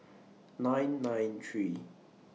nine nine three